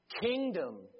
Kingdom